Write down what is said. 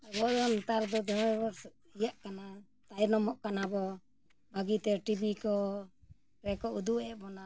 ᱟᱵᱚ ᱫᱚ ᱱᱮᱛᱟᱨ ᱫᱚ ᱫᱚᱢᱮᱵᱚᱱ ᱤᱭᱟᱹᱜ ᱠᱟᱱᱟ ᱛᱟᱭᱱᱚᱢᱚᱜ ᱠᱟᱱᱟ ᱵᱚᱱ ᱵᱷᱟᱜᱤᱛᱮ ᱴᱤᱵᱷᱤ ᱠᱚ ᱨᱮᱠᱚ ᱩᱫᱩᱜ ᱮᱫ ᱵᱚᱱᱟ